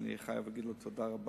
שאני חייב להגיד לו תודה רבה,